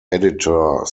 editor